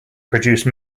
produce